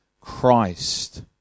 Christ